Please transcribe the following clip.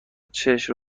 چشم